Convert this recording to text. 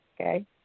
okay